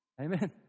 Amen